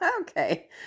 okay